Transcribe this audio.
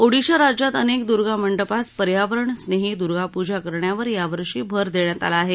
ओदिशा राज्यात अनेक दुर्गामंडपात पर्यावरण स्नेही दुर्गा पूजा करण्यावर यावर्षी भर देण्यात आला आहे